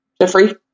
Jeffrey